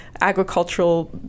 agricultural